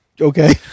Okay